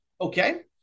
Okay